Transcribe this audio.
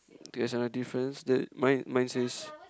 there's another difference that mine mine is just